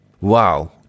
Wow